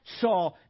saw